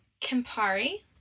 Campari